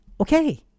okay